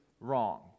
wrong